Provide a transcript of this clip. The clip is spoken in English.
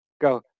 go